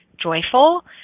joyful